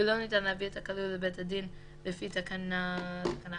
ולא ניתן להביא את הכלוא לבית הדין לפי תקנה 4